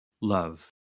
love